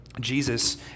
Jesus